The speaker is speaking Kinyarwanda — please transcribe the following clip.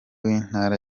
w’intara